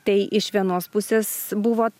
tai iš vienos pusės buvo